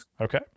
okay